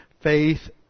faith